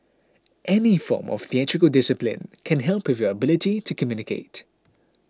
any form of theatrical discipline can help with your ability to communicate